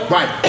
Right